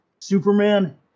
Superman